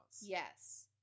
Yes